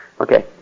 Okay